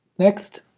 next,